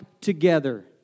together